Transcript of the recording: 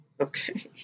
Okay